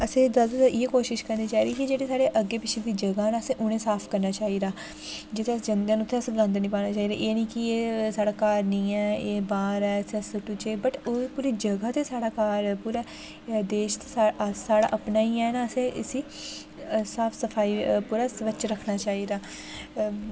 असें जादातर इ'यै कोशश करनी चाहिदी ऐ कि जेह्डे़ साढ़े अग्गें पिच्छें दी जगह् न असें उ'नें ई साफ करना चाहिदा जि'त्थें अस जंदे न उ'त्थें असें गन्द निं पाना चाहिदा एह् निं कि एह् साढ़ा घर निं ऐ एह् बाह्र ऐ इ'त्थें सुट्टू चे वट् पूरी जगह् ते साढ़ा बाहर पूरा देश ते साढ़ा अपना ई ऐ ना असें इसी साफ सफाई पूरा स्वच्छ रखना चाहिदा